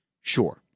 Sure